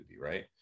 right